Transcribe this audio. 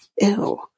ew